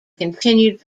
continued